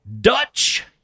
dutch